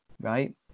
right